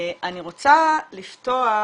אני רוצה להתחיל